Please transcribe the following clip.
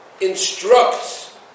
instructs